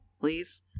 please